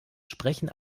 sprechen